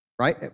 Right